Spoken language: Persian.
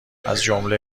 ازجمله